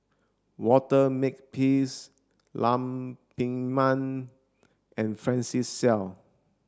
Walter Makepeace Lam Pin Min and Francis Seow